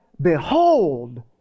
Behold